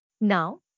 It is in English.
Now